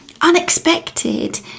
unexpected